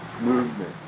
movement